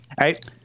Right